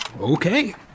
Okay